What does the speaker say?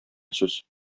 сүз